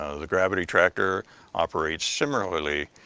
ah the gravity tractor operates similarly,